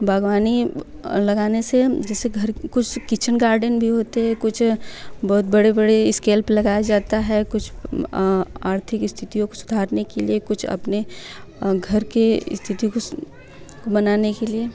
बाग़बानी लगाने से जैसे घर के कुछ किचन गार्डेन भी होते हैं कुछ बहुत बड़े बड़े इस्केल पे लगाया जाता है कुछ आर्थिक स्थितियों को सुधारने के लिए कुछ अपने घर के स्थिति को सुधारने बनाने के लिए